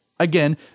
Again